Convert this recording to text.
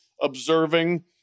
observing